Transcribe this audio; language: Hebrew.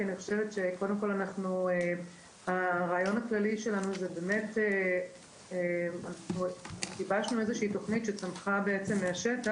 אני חושבת שהרעיון הכללי שלנו זה גיבשנו איזושהי תוכנית שצמחה מהשטח,